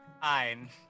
Fine